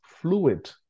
fluid